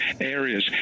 areas